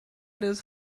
des